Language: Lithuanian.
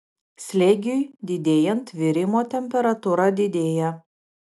slėgiui didėjant virimo temperatūra didėja